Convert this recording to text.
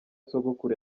sogokuru